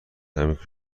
عمیقی